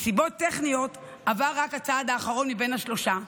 מסיבות טכניות עבר רק הצעד האחרון מבין השלושה,